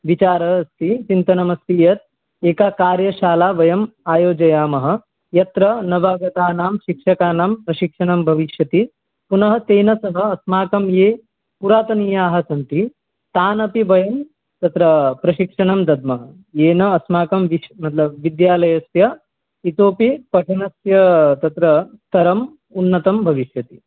विचारः अस्ति चिन्तनम् अस्ति यत् एकां कार्यशालां वयम् आयोजयामः यत्र नवागतानां शिक्षकाणां प्रशिक्षणं भविष्यति पुनः तेन सह अस्माकं ये पुरातनीयाः सन्ति तानपि वयं तत्र प्रशिक्षणं दद्मः येन अस्माकं विद्यालयस्य इतोपि पठनस्य तत्र स्तरंम् उन्नतं भविष्यति